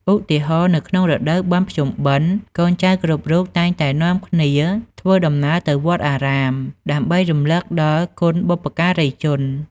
ឧទាហរណ៍ នៅក្នុងរដូវបុណ្យភ្ជុំបិណ្ឌ កូនចៅគ្រប់រូបតែងតែនាំគ្នាធ្វើដំណើរទៅវត្តអារាម ដើម្បីរំលឹកដល់គុណបុព្វការីជន។